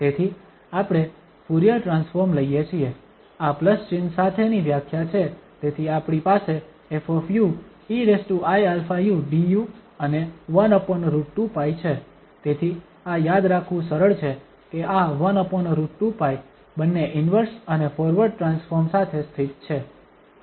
તેથી આપણે Fourier transform લઈએ છીએ આ પ્લસ ચિહ્ન સાથે ની વ્યાખ્યા છે તેથી આપણી પાસે ƒ eiαu du અને 1√2π છે તેથી આ યાદ રાખવું સરળ છે કે આ 1√2π બંને ઇન્વર્સ અને ફોરવર્ડ ટ્રાન્સફોર્મ સાથે સ્થિત છે